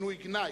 כינוי גנאי,